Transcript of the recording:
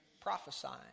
prophesying